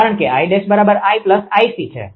કારણ કે 𝐼′ 𝐼𝐼𝑐 છે